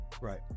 right